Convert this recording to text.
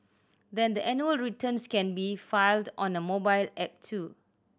the annual returns can be filed on a mobile app too